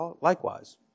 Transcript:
likewise